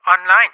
online